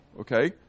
Okay